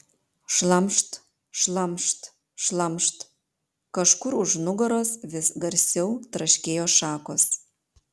šlamšt šlamšt šlamšt kažkur už nugaros vis garsiau traškėjo šakos